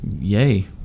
Yay